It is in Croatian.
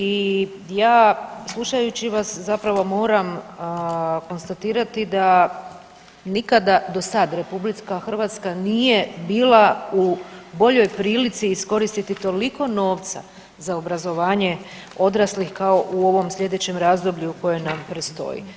I ja slušajući vas zapravo moram konstatirati da nikada do sad Republika Hrvatska nije bila u boljoj prilici iskoristiti toliko novca za obrazovanje odraslih kao u ovom sljedećem razdoblju koje nam predstoji.